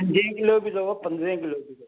पंजे किले जो बि अथव पंदरहें किले जो बि अथव